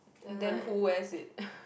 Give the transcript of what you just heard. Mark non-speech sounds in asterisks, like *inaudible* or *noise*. then who has it *breath*